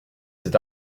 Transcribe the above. cet